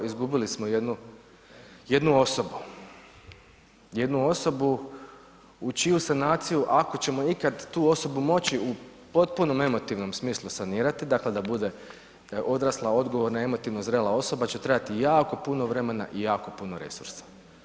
Izgubili smo jednu osobu, jednu osobu u čiju sanaciju ako ćemo ikad tu osobu moći u potpunom emotivnom smislu sanirati, dakle da bude odrasla, odgovorna i emotivno zrela osoba će trebati jako puno vremena i jako puno resursa.